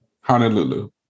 Honolulu